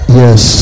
yes